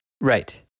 right